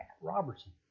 Robertson